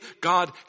God